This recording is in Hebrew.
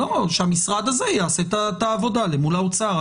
שהמשרד הזה יעשה את העבודה מול האוצר.